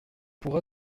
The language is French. pourra